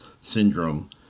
syndrome